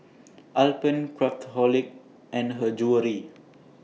Alpen Craftholic and Her Jewellery